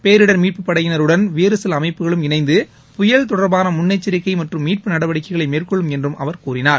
பேரிடர் மீட்புப்படையினருடன் வேறு சில அமைப்புகளும் இணைந்து புயல் தொடர்பான முன்னெச்சரிக்கை மற்றும் மீட்பு நடவடிக்கைகளை மேற்கொள்ளும் என்று அவர் கூறினார்